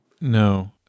No